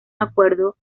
acuerdo